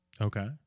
Okay